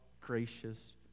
gracious